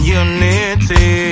unity